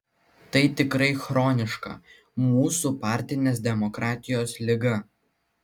tai tikrai chroniška mūsų partinės demokratijos liga